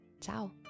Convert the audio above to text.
ciao